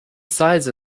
size